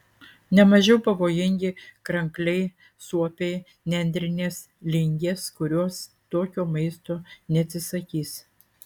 ne mažiau pavojingi krankliai suopiai nendrinės lingės kurios tokio maisto neatsisakys